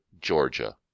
Georgia